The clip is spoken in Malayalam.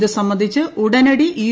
ഇതു സംബന്ധിച്ച് ഉടനടി യു